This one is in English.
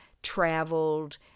traveled